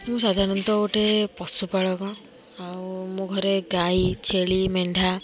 ମୁଁ ସାଧାରଣତଃ ଗୋଟେ ପଶୁପାଳକ ଆଉ ମୋ ଘରେ ଗାଈ ଛେଳି ମେଣ୍ଢା